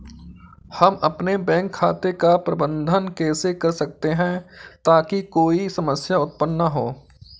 हम अपने बैंक खाते का प्रबंधन कैसे कर सकते हैं ताकि कोई समस्या उत्पन्न न हो?